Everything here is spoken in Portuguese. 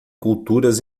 culturas